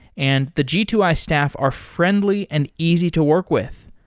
and the g two i staff are friendly and easy to work with.